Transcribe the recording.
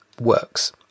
works